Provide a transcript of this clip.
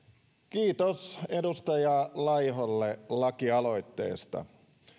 kiitos edustaja laiholle lakialoitteesta